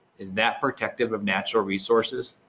is that protective of natural resources?